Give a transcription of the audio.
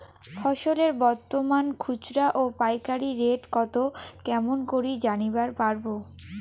ফসলের বর্তমান খুচরা ও পাইকারি রেট কতো কেমন করি জানিবার পারবো?